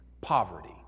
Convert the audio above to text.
Poverty